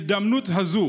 בהזדמנות הזאת